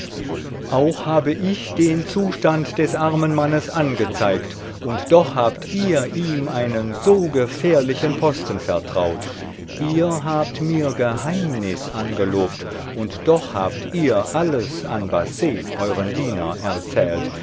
auch habe ich den zustand des armen mannes angezeigt und doch habt ihr ihm einen so gefährlichen posten vertraut ihr habt mir geheimnis angelobt und doch habt ihr alles an basset euren diener erzählt